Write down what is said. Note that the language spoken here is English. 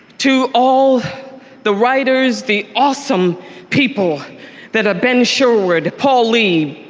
to all the writers, the awesome people that are ben sherwood, paul lee,